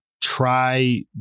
try